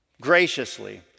Graciously